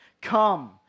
Come